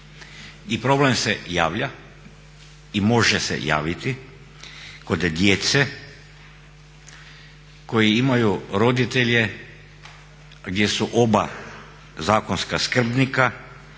problem se javlja i može se javiti kod djece koji imaju roditelje gdje su oba zakonska skrbnika,